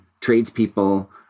tradespeople